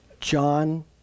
John